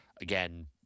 again